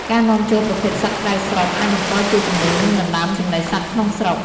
ការនាំចូលប្រភេទសត្វក្រៅស្រុក អាចបង្កជាជំងឺ និងដណ្តើមចំណីសត្វក្នុងស្រុក។